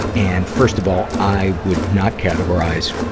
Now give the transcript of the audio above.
and, first of all, i would not categorize,